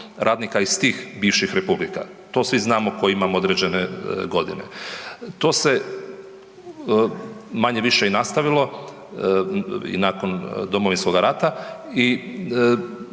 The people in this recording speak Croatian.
radnika iz tih bivših republika, to svi znamo koji imamo određene godine. To se manje-više i nastavilo i nakon Domovinskog rata i